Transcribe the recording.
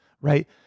Right